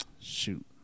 Shoot